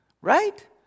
Right